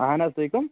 اَہَن حظ تُہۍ کَم